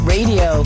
Radio